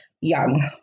young